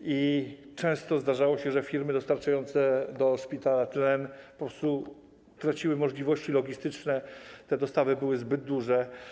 i często zdarzało się, że firmy dostarczające do szpitala tlen po prostu traciły możliwości logistyczne, bo dostawy były zbyt duże.